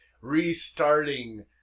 restarting